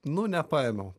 nu nepaėmiau